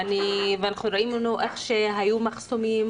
וראינו שהיו מחסומים,